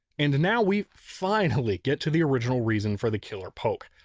and now we finally get to the original reason for the killer poke.